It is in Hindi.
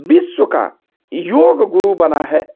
विश्व का योग गुरु बना है